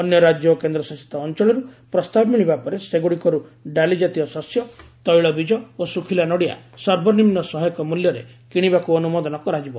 ଅନ୍ୟ ରାଜ୍ୟ ଓ କେନ୍ଦ୍ରଶାସିତ ଅଞ୍ଚଳରୁ ପ୍ରସ୍ତାବ ମିଳିବା ପରେ ସେଗୁଡ଼ିକରୁ ଡାଲି ଜାତୀୟ ଶସ୍ୟ ତୈଳବୀଜ ଓ ଶୁଖିଲା ନଡ଼ିଆ ସର୍ବନିମ୍ନ ସହାୟକ ମୂଲ୍ୟରେ କିଶିବାକୁ ଅନୁମୋଦନ କରାଯିବ